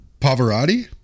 Pavarotti